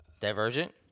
Divergent